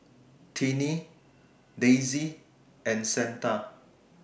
Tiney Daisey and Santa